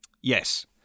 Yes